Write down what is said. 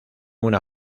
una